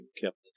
kept